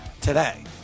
today